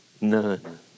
None